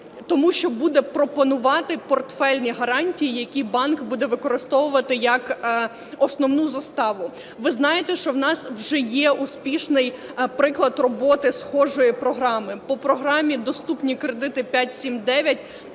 тому що буде пропонувати портфельні гарантії, які банк буде використовувати як основну заставу. Ви знаєте, що в нас вже є успішний приклад роботи схожої програми по програмі "Доступні кредити 5-7-9%"